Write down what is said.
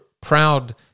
proud